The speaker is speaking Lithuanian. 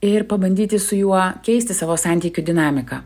ir pabandyti su juo keisti savo santykių dinamiką